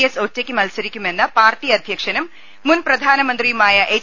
S ഒറ്റയ്ക്ക് മത്സരിക്കുമെന്ന് പാർട്ടി അധ്യക്ഷനും മുൻ പ്രധാനമന്ത്രിയുമായ എച്ച്